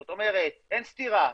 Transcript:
זאת אומרת אין סתירה,